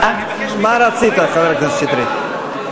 מה רצית, חבר הכנסת שטרית?